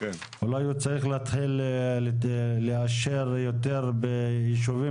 אולי הוא צריך להתחיל לאשר יותר ביישובים